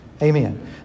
Amen